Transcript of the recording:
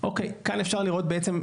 כאן אפשר לראות,